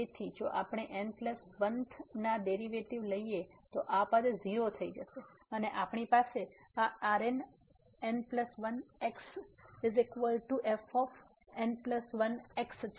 તેથી જો આપણે n 1th ડેરીવેટીવ લઈએ તો આ પદ 0 થઈ જશે અને આપણી પાસે આ Rnn1xfn1x છે